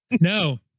No